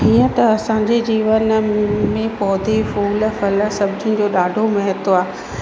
हीअं त असांजे जीवन में पौधे फूल फल सब्जी जो ॾाढो महत्व आहे